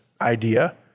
idea